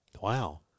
Wow